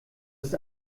ist